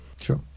Sure